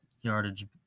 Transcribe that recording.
yardage